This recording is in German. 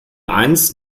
eins